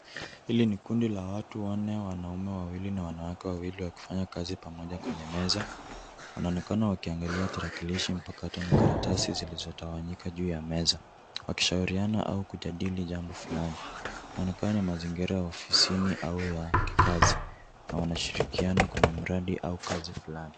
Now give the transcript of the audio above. Hili ni kundi la watu wanne, wanaume wawili na wanawake wawili wakifanya kazi pamoja kwenye meza. Wanaonekana wakiangalia tarakilishi mpakato na karatasi zilizotawanyika juu ya meza, wakishauriana au kujadili jambo fulani. Inaonekana ni mazingira ya ofisini au ya kikazi na wanashirikiana kwenye mradi au kazi fulani.